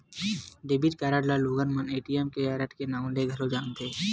debit card ल लोगन मन ए.टी.एम कारड के नांव ले घलो जानथे